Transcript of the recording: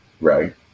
right